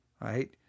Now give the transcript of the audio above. right